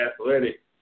athletic